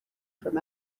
from